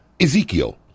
Ezekiel